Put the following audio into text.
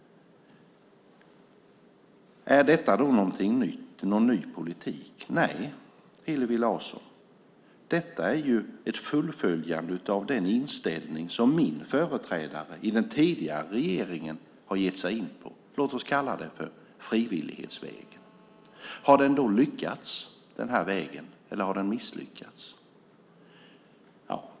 Är detta då någon ny politik? Nej, Hillevi Larsson. Detta är ett fullföljande av den inställning som min företrädare i den tidigare regeringen har gett sig in på. Låt oss kalla det frivillighetsvägen. Har den då lyckats, den här vägen, eller har den misslyckats?